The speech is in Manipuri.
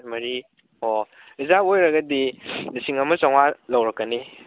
ꯅꯣꯏ ꯃꯔꯤ ꯑꯣ ꯔꯤꯖꯥꯔꯕ ꯑꯣꯏꯔꯒꯗꯤ ꯂꯤꯁꯤꯡ ꯑꯃ ꯆꯥꯝꯃꯉꯥ ꯂꯧꯔꯛꯀꯅꯤ